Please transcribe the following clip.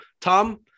Tom